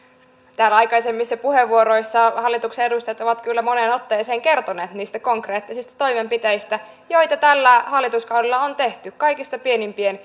täällä aikaisemmissa puheenvuoroissa hallituksen edustajat ovat kyllä moneen otteeseen kertoneet niistä konkreettisista toimenpiteistä joita tällä hallituskaudella on tehty kaikista